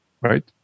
right